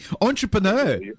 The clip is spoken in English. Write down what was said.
Entrepreneur